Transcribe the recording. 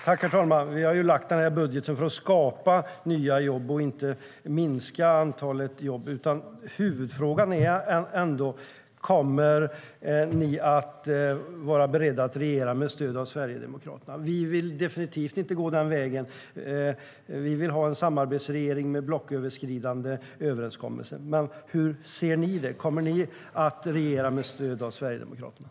Herr talman! Vi har ju lagt fram budgeten för att skapa nya jobb, inte för att minska antalet jobb.